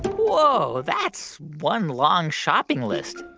whoa. that's one long shopping list.